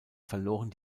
verloren